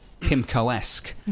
PIMCO-esque